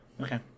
Okay